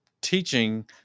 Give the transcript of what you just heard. teaching